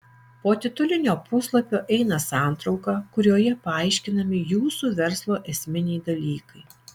po titulinio puslapio eina santrauka kurioje paaiškinami jūsų verslo esminiai dalykai